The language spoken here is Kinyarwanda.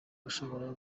ushobora